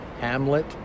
Hamlet